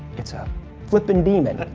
it's a flippin demon!